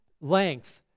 length